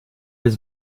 his